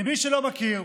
למי שלא מכיר,